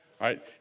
right